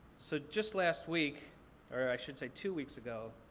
so just last week or i should say two weeks ago,